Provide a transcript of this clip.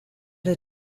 der